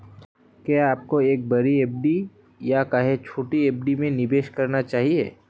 क्या आपको एक बड़ी एफ.डी या कई छोटी एफ.डी में निवेश करना चाहिए?